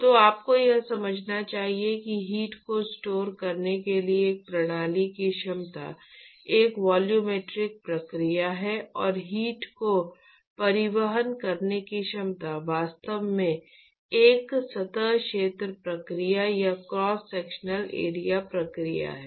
तो आपको यह समझना चाहिए कि हीट को स्टोर करने के लिए एक प्रणाली की क्षमता एक वॉल्यूमेट्रिक प्रक्रिया है और हीट को परिवहन करने की क्षमता वास्तव में एक सतह क्षेत्र प्रक्रिया या क्रॉस सेक्शनल एरिया प्रक्रिया है